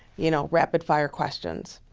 you know, rapid fire questions.